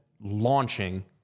launching